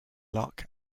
luck